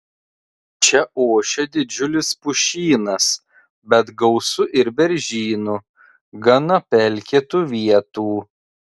čia ošia didžiulis pušynas bet gausu ir beržynų gana pelkėtų vietų